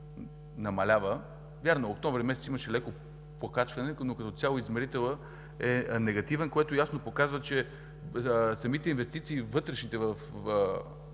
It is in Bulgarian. намалява. Вярно, през месец октомври имаше леко покачване, но като цяло измерителят е негативен, което ясно показва, че самите инвестиции, вътрешните,